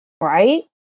right